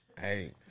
Hey